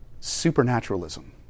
supernaturalism